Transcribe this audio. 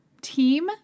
team